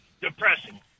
depressing